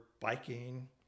biking